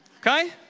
okay